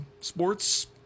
sports